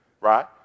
right